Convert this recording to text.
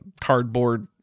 cardboard